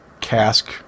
cask